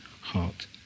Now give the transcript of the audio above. heart